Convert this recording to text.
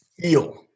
Feel